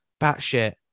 batshit